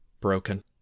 Broken